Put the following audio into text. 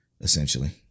essentially